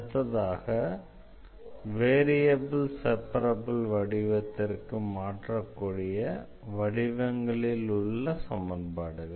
அடுத்ததாக variable separable வடிவத்திற்கு மாற்றக்கூடிய வடிவங்களில் உள்ள சமன்பாடுகள்